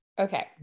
Okay